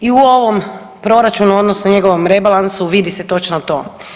I u ovom proračunu odnosno njegovom rebalansu vidi se točno to.